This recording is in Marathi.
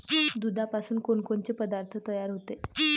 दुधापासून कोनकोनचे पदार्थ तयार होते?